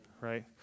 Right